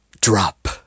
Drop